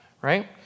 right